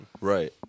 Right